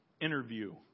interview